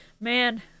man